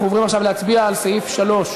אנחנו עוברים עכשיו להצביע על סעיף 3,